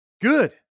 Good